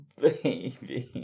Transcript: baby